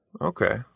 Okay